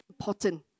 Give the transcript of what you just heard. important